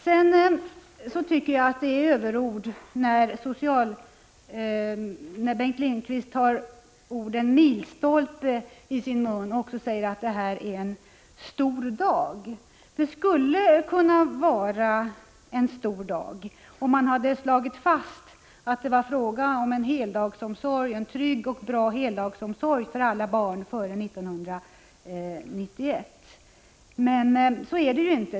Sedan tycker jag det är överord när Bengt Lindqvist nämner ordet ”milstolpe” i sitt anförande och säger att detta är en ”stor dag”. Det skulle kunna vara en stor dag, om man hade slagit fast att det var fråga om en trygg och bra heldagsomsorg för alla barn före 1991. Men så är det inte.